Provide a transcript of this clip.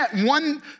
one